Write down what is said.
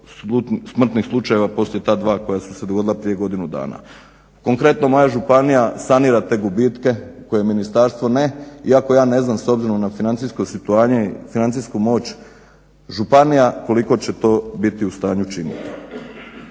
smrtnih slučaja poslije ta dva koja su se dogodila prije godinu dana. Konkretno moja županija sanira te gubitke koje ministarstvo ne, iako ja ne znam s obzirom na financijsko stanje, financijsku moć, županija koliko će to biti u stanju činiti.